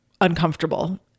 uncomfortable